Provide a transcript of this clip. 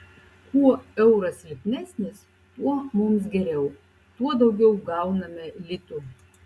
kuo euras silpnesnis tuo mums geriau tuo daugiau gauname litų